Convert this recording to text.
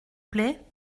plait